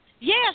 Yes